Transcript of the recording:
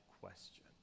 question